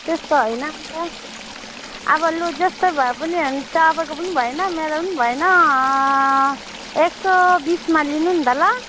त्यस्तो होइन नि त अब लु जस्तो भए पनि हुन्छ तपाईँको पनि भएन मेरो पनि भएन एक सय बिसमा लिनु नि त ल